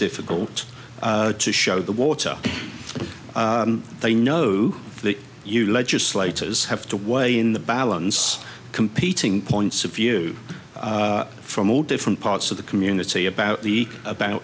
difficult to show the water they know the you legislators have to weigh in the balance competing points of view from all different parts of the community about the about